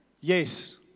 yes